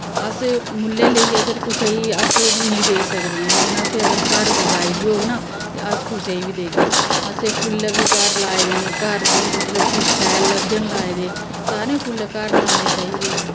अस मुल्लें लेइयै ते अस कुसै गी अस नेईं देई सकदे ऐ लेकिन असें अगर घर उगाई दी होग ना ते अस बी उस्सी कुसै गी बी देगै असें फुल्ल बी घर लाए दे न घर दी मतलब कि शैल लभदे न लाए दे सारे फुल्ल घर लाने चाहिदे